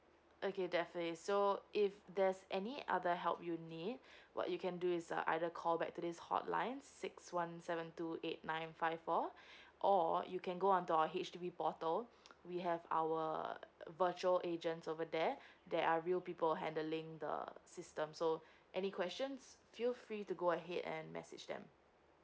okay definitely so if there's any other help you need what you can do is uh either call back to this hotline six one seven two eight nine five four or you can go on our H_D_B portal we have our virtual agents over there they are real people handling the system so any questions feel free to go ahead and message them